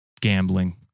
gambling